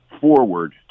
forward